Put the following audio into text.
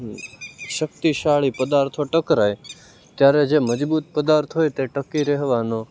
શક્તિશાળી પદાર્થો ટકરાય ત્યારે જે મજબૂત પદાર્થ હોય તે ટકી રહેવાનો